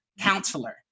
Counselor